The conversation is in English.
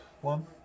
one